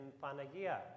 Panagia